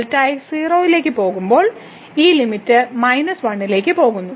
Δx 0 ലേക്ക് പോകുമ്പോൾ ഈ ലിമിറ്റ് 1 ലേക്ക് പോകുന്നു